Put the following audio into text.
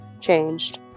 changed